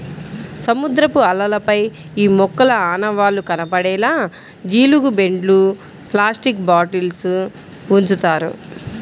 సముద్రపు అలలపై ఈ మొక్కల ఆనవాళ్లు కనపడేలా జీలుగు బెండ్లు, ప్లాస్టిక్ బాటిల్స్ ఉంచుతారు